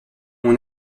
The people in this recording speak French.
mon